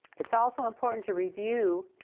it's also important to review